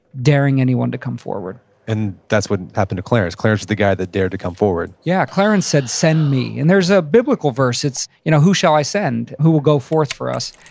daring anyone to come forward and that's what happened to clarence. clarence was the guy that dared to come forward yeah, clarence said, send me. and there's a biblical verse, it's you know who shall i send? who will go forth for us?